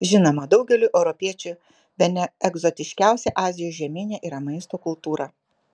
žinoma daugeliui europiečių bene egzotiškiausia azijos žemyne yra maisto kultūra